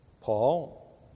Paul